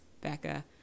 Becca